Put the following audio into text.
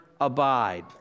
abide